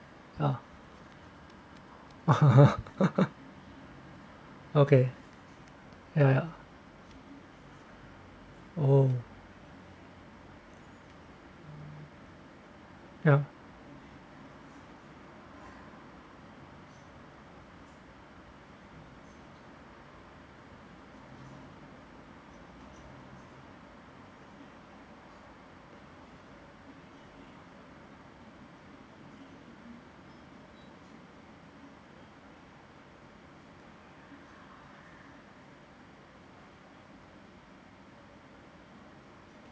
ya okay ya ya oh ya